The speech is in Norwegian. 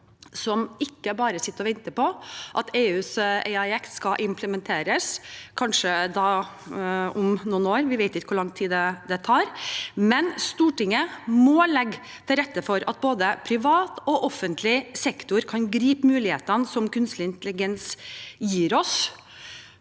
som ikke bare sitter og venter på at EUs AIX skal implementeres, kanskje om noen år. Vi vet ikke hvor lang tid det tar, men Stortinget må legge til rette for at både privat og offentlig sektor kan gripe mulighetene som kunstig intelligens gir oss.